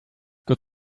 good